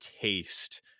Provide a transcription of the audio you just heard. taste